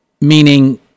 meaning